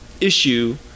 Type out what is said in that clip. issue